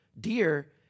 dear